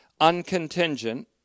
Uncontingent